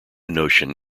notion